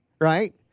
Right